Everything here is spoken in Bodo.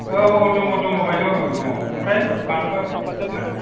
औ औ दङ दङ दङ बायद' दङ ओमफ्राय मानोबामोन